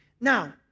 Now